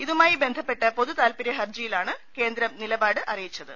ഇതുമായി ബന്ധപ്പെട്ട പൊതുതാത്പര്യ ഹർജിയിലാണ് കേന്ദ്രം നിലപാട് അറിയിച്ചത്